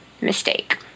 Mistake